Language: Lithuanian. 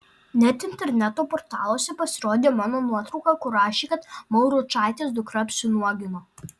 net interneto portaluose pasirodė mano nuotrauka kur rašė kad mauručaitės dukra apsinuogino